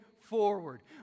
forward